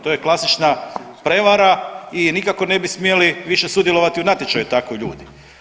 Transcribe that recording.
To je klasična prevara i nikako ne bi smjeli više sudjelovati u natječaju takvi ljudi.